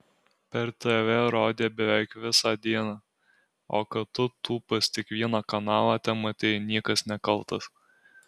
per tv rodė beveik visą dieną o kad tu tūpas tik vieną kanalą tematei niekas nekaltas